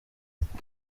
isuku